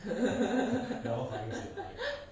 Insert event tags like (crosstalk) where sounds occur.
(laughs)